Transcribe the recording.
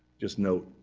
just note,